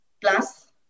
plus